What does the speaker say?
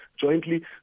jointly